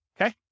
Okay